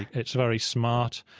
it's very smart,